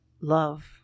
love